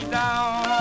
down